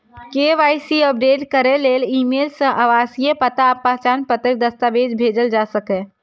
KYC update करै लेल email सं आवासीय पता आ पहचान पत्रक दस्तावेज भेजल जा सकैए